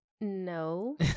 No